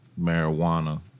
marijuana